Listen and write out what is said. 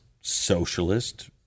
socialist